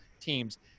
teams